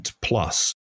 plus